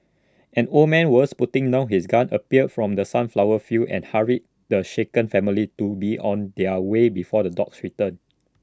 an old man who was putting down his gun appeared from the sunflower fields and hurried the shaken family to be on their way before the dogs return